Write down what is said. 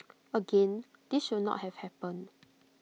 again this should not have happened